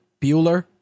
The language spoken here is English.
Bueller